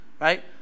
right